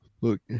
Look